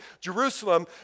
Jerusalem